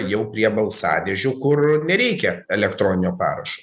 jau prie balsadėžių kur nereikia elektroninio parašo